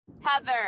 Heather